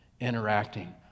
interacting